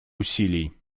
усилий